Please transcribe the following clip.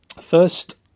First